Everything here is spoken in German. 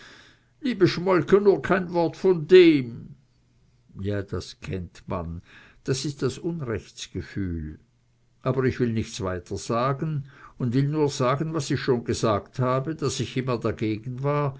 liebe schmolke nur kein wort von dem ja das kennt man das is das unrechtsgefühl aber ich will nichts weiter sagen un will nur sagen was ich schon gesagt habe daß ich immer dagegen war